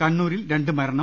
കണ്ണൂ രിൽ രണ്ട് മരണം